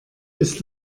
ist